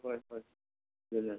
ꯍꯣꯏ ꯍꯣꯏ ꯑꯗꯨꯅ